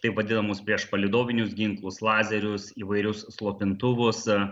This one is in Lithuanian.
taip vadinamus priešpalydovinius ginklus lazerius įvairius slopintuvus